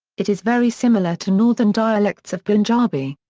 it is very similar to northern dialects of punjabi.